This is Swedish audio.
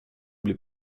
bli